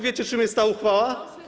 Wiecie, czym jest ta uchwała?